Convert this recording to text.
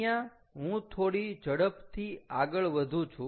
અહીંયા હું થોડી ઝડપથી આગળ વધું છું